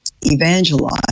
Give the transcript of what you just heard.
Evangelize